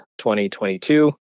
2022